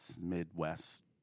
Midwest